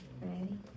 Ready